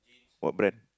what brand